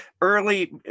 early